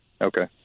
Okay